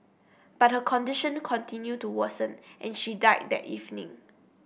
but her condition continued to worsen and she died that evening